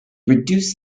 reduce